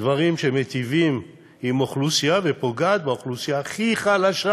דברים שמיטיבים עם אוכלוסייה ופוגעים באוכלוסייה הכי חלשה,